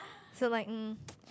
so like mm